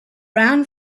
ran